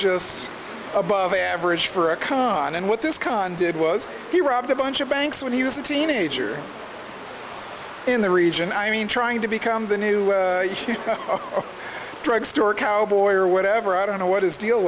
just above average for a con and what this con did was he robbed a bunch of banks when he was a teenager in the region i mean trying to become the new drugstore cowboy or whatever i don't know what his deal